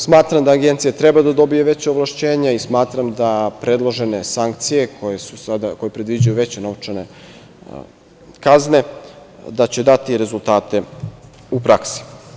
Smatra da Agencija treba da dobije veća ovlašćenja i smatram da predložene sankcije koje predviđaju veće novčane kazne da će dati rezultate u praksi.